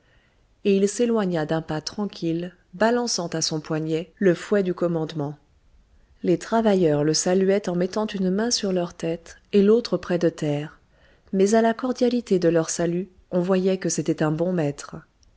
et il s'éloigna d'un pas tranquille balançant à son poignet le fouet du commandement les travailleurs le saluaient en mettant une main sur leur tête et l'autre près de terre mais à la cordialité de leur salut on voyait que c'était un bon maître